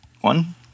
one